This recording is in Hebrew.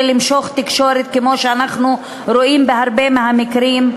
למשוך תקשורת כמו שאנחנו רואים בהרבה מהמקרים,